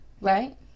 right